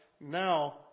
Now